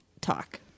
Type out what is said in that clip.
talk